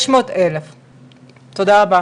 500,000. פה בשקף